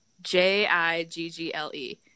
j-i-g-g-l-e